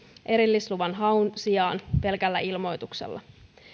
erillisluvan haun sijaan pelkällä ilmoituksella